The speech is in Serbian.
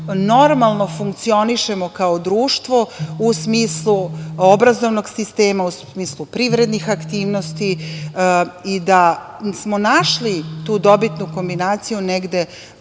normalno funkcionišemo kao društvo u smislu obrazovnog sistema, u smislu privrednih aktivnosti i da smo našli tu dobitnu kombinaciju, negde